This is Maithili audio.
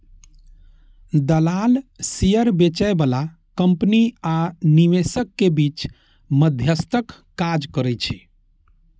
दलाल शेयर बेचय बला कंपनी आ निवेशक के बीच मध्यस्थक काज करै छै